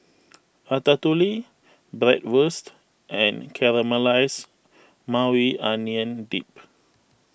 Ratatouille Bratwurst and Caramelized Maui Onion Dip